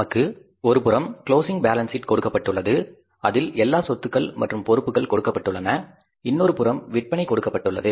நமக்கு ஒருபுறம் closing balance sheet கொடுக்கப்பட்டுள்ளது அதில் எல்லா சொத்துகள் மற்றும் பொறுப்புகள் கொடுக்கப்பட்டுள்ளன இன்னொருபுறம் விற்பனை கொடுக்கப்பட்டுள்ளது